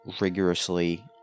rigorously